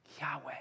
Yahweh